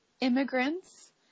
immigrants